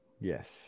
Yes